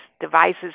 devices